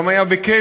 גם היה בכלא,